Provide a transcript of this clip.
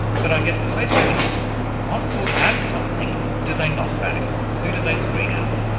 but i guess the question is what sort of advertising do they knock back? who do they screen out?